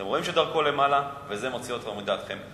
אתם רואים שדרכו למעלה, וזה מוציא אתכם מדעתכם.